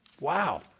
Wow